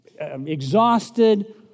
exhausted